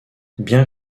bien